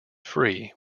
free